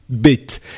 bit